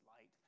light